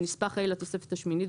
(4)בנספח ה' לתופסת השמינית,